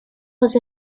was